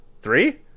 Three